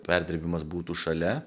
perdirbimas būtų šalia